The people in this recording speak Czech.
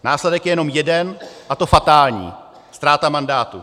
Následek je jenom jeden, a to fatální ztráta mandátu.